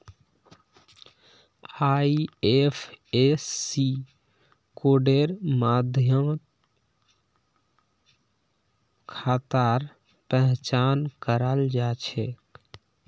IFSC कोडेर माध्यम खातार पहचान कराल जा छेक